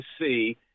see